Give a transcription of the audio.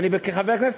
כחבר כנסת,